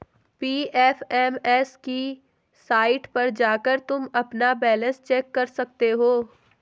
PFMS की site पर जाकर तुम अपना बैलन्स चेक कर सकते हो